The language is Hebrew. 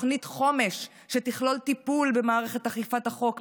תוכנית חומש שתכלול טיפול במערכת אכיפת החוק,